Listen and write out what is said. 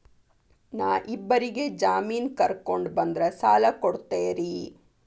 ನಾ ಇಬ್ಬರಿಗೆ ಜಾಮಿನ್ ಕರ್ಕೊಂಡ್ ಬಂದ್ರ ಸಾಲ ಕೊಡ್ತೇರಿ?